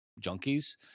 junkies